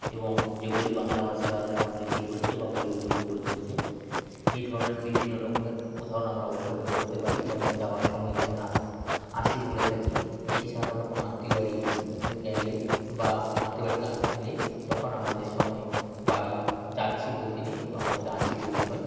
এবং যেগুলি বাংলা ভাষাকে আরও সমৃদ্ধ করেছে বা উল্লেখযোগ্য করে তুলেছে এই ধরনের বিভিন্ন রকমের উদাহরণ আমরা অবশ্যই লক্ষ্য করতে পারি যেমন যাওয়ার সময় কি আমরা আসি বলে থাকি এটি সাধারণত আমরা কোনো আত্মীয় বাড়ি গেলে বা আত্মীয় বাড়ি থেকে আসলে তখন আমাদের সময় বাড়ি যাচ্ছি বলতে নেই তো আমাদেরকে আসি বলতে হয়